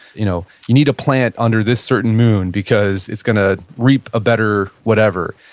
you know you need to plant under this certain moon because it's gonna reap a better, whatever.